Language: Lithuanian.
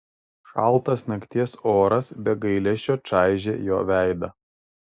šaltas nakties oras be gailesčio čaižė jo veidą